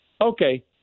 Okay